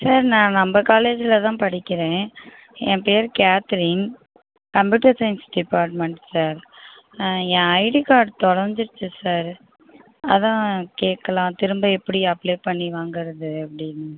sir நான் நம்ம காலேஜில் தான் படிக்கிறேன் என் பெயரு Catherine computer science department sir என் ஐடி கார்டு துலஞ்சிடுச்சி சார் அதான் கேட்கலாம் திரும்ப எப்படி அப்ளே பண்ணி வாங்குறது அப்டின்னு